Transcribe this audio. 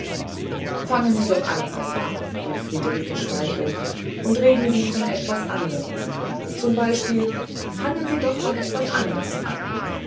fangen sie doch an papa rief friederike schmeichelnd und reden sie von etwas anderem zum beispiel fangen sie doch von etwas anderem an